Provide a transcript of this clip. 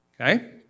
Okay